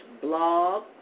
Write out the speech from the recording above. blog